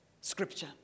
scripture